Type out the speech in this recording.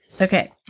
Okay